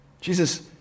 Jesus